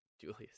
Julius